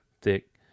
thick